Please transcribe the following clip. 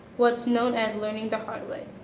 what's known as learning the hard way.